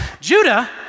Judah